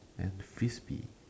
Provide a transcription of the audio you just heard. and Frisbee